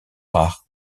rares